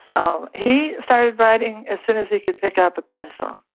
oh. he started writing as soon as he could pick up a pencil,